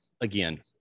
again